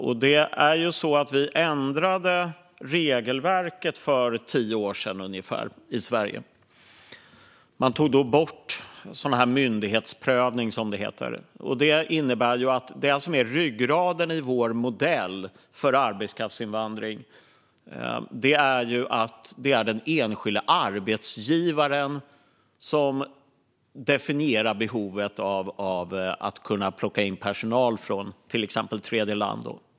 Regelverket i Sverige ändrades för ungefär tio år sedan, då man tog bort myndighetsprövning, som det heter. Detta innebär att ryggraden i vår modell för arbetskraftsinvandring är att det är den enskilda arbetsgivaren som ska definiera behovet av att plocka in personal från till exempel tredjeland.